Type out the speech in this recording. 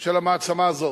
של המעצמה הזאת.